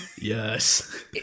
Yes